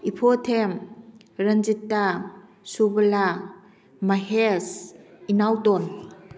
ꯏꯐꯣꯊꯦꯝ Ranjita Surbala Mahesh Inaoton